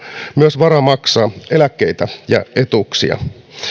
myös on varaa maksaa eläkkeitä ja etuuksia